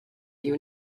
you